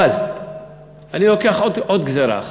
אבל אני לוקח עוד גזירה אחת,